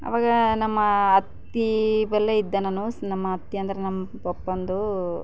ಅವಾಗ ನಮ್ಮ ಅತ್ತೆ ಬಳಿಯೇ ಇದ್ದೆ ನಾನು ನಮ್ಮ ಅತ್ತೆ ಅಂದ್ರೆ ನಮ್ಮ ಪಪ್ಪನದ್ದು